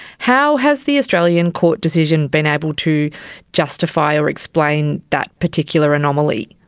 how has the australian court decision been able to justify or explain that particular anomaly?